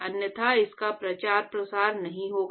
अन्यथा इसका प्रचार प्रसार नहीं होगा